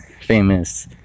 famous